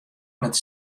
net